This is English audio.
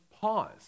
pause